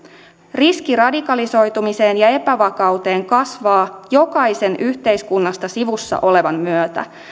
riski radikalisoitumiseen ja epävakauteen kasvaa jokaisen yhteiskunnasta sivussa olevan myötä